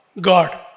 God